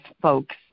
folks